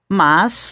mas